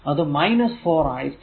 അത് 4 ആയിരിക്കും